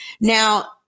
Now